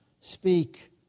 speak